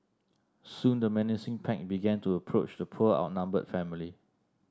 soon the menacing pack began to approach the poor outnumbered family